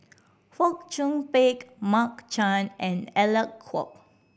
Fong Chong Pik Mark Chan and Alec Kuok